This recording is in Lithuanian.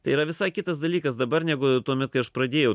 tai yra visai kitas dalykas dabar negu tuomet kai aš pradėjau